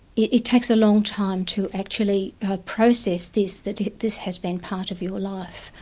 it it takes a long time to actually process this, that this has been part of your life,